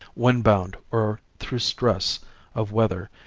windbound or through stress of weather,